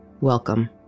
Welcome